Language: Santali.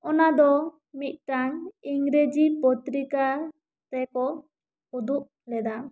ᱚᱱᱟ ᱫᱚ ᱢᱤᱫ ᱴᱟᱝ ᱤᱝᱨᱮᱡᱤ ᱯᱚᱛᱨᱤᱠᱟ ᱨᱮᱠᱚ ᱩᱫᱩᱜ ᱞᱮᱫᱟ